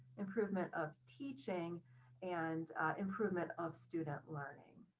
improvement of teaching and improvement of student learning.